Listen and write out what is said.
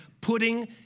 putting